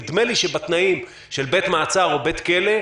נדמה לי שבתנאים של בית מעצר או בית כלא,